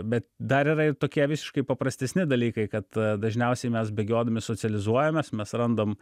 bet dar yra ir tokie visiškai paprastesni dalykai kad dažniausiai mes bėgiodami socializuojamės mes randam